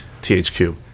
THQ